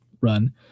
Run